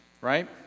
right